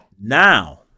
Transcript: Now